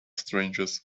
strangers